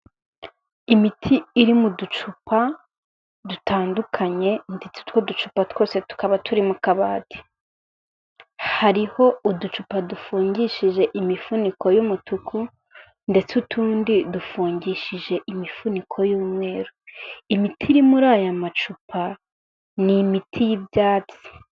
Imiti iri mu ducupa dutandukanye ndetse utwo ducupa twose tukaba turi mu kabati, hariho uducupa dufungishije imifuniko y'umutuku ndetse utundi dufungishije imifuniko y'umweru, imiti iri muri aya macupa ni imiti y'ibyatsi.